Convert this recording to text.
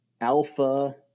Alpha